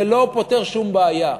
זה לא פותר שום בעיה,